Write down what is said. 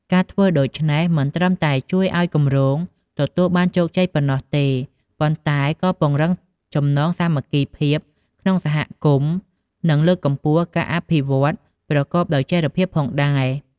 ការធ្វើដូច្នេះមិនត្រឹមតែជួយឲ្យគម្រោងទទួលបានជោគជ័យប៉ុណ្ណោះទេ ប៉ុន្តែក៏ពង្រឹងចំណងសាមគ្គីភាពក្នុងសហគមន៍ និងលើកកម្ពស់ការអភិវឌ្ឍប្រកបដោយចីរភាពផងដែរ។